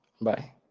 Bye